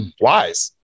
Wise